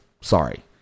Sorry